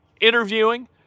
interviewing